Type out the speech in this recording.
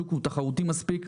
השוק הוא תחרותי מספיק,